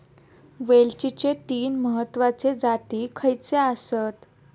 वेलचीचे तीन महत्वाचे जाती खयचे आसत?